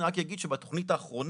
אני רק אגיד שבתוכנית האחרונה,